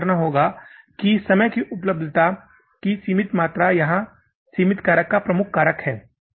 हमें यह तय करना होगा कि समय की उपलब्धता की सीमित मात्रा यहाँ सीमित कारक का मुख्य कारक है